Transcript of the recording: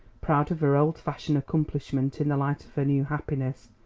proud of her old-fashioned accomplishment in the light of her new happiness.